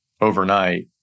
overnight